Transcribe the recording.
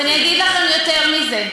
ואני אגיד לכם יותר מזה,